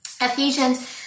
Ephesians